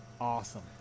awesome